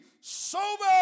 sober